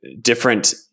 different